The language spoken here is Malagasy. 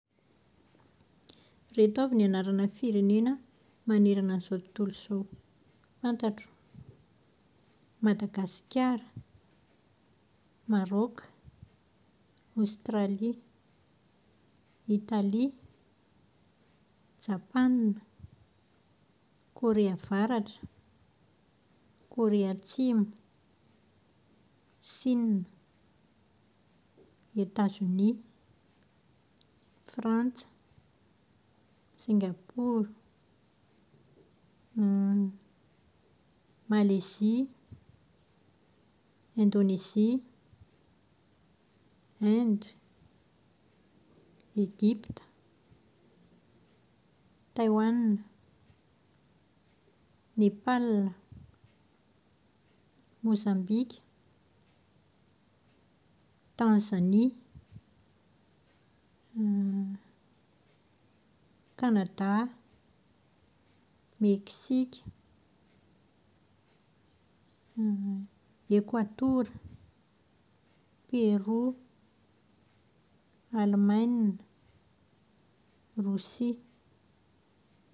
Ireto avy ny anarana firenena manerana an'izao tontolo izao fantatro. Madagasikara, Maroka, Aostralia, Italia, Japana, Korea Avaratra, Korea Atsimo, Sina, Etazonia, Frantsa, Singapour, Malezia, Indonezia, Inde, Egipta, Taiwan, Nepal, Mozambika, Tanzania, Kanada, Meksika, Ekoatora, Pero, Alemana, Rosia.